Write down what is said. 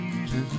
jesus